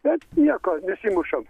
bet nieko nesimušam